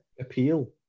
appeal